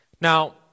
Now